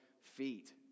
feet